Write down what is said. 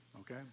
okay